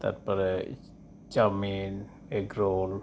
ᱛᱟᱨᱯᱚᱨᱮ chow mein egg roll